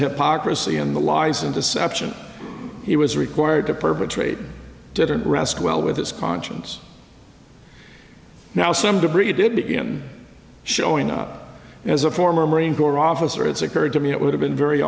hypocrisy and the lies and deception he was required to perpetrate didn't rest well with his conscience now some debris did begin showing up as a former marine corps officer it's occurred to me it would have been very